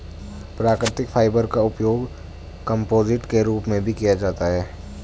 प्राकृतिक फाइबर का उपयोग कंपोजिट के रूप में भी किया जाता है